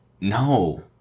No